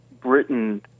Britain